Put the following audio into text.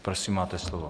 Prosím, máte slovo.